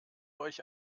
euch